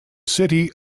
city